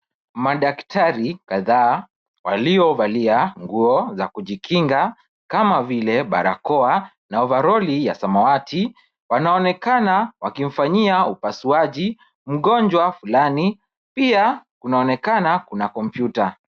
Madaktari, kadhaa, waliovalia nguo za kujikinga kama vile barakoa na overoli ya samawati. Wanaonekana wakimfanyia upasuaji mgonjwa fulani pia kunaonekana kuna kompyuta.